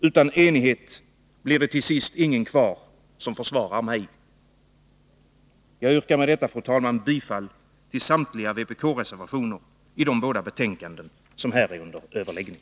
Utan enighet blir det sist ingen kvar som försvarar mig. Jag yrkar med detta, fru talman, bifall till samtliga vpk-reservationer i de båda betänkanden som här är under överläggning.